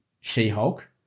She-Hulk